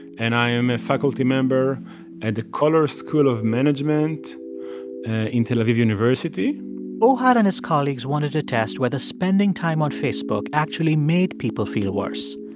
and i am a faculty member at the coller school of management in tel aviv university ohad and his colleagues wanted to test whether spending time on facebook actually made people feel worse.